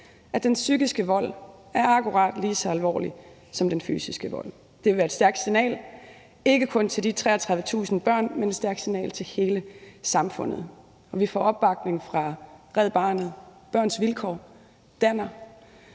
at den psykiske vold er akkurat lige så alvorlig som den fysiske vold. Det vil være et stærkt signal, ikke kun til de 33.000 børn, men også til hele samfundet, og vi får opbakning fra Red Barnet, Børns Vilkår, Danner